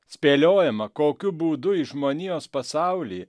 spėliojama kokiu būdu į žmonijos pasaulį